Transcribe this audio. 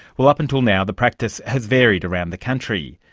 well, up until now the practice has varied around the country,